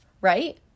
right